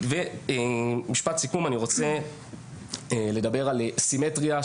אני רוצה לדבר על סימטריה,